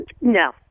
No